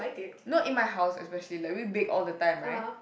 not in my house especially like we bake all the time right